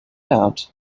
out